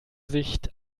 sicht